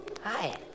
Hi